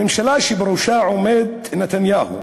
הממשלה שבראשה עומד נתניהו